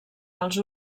els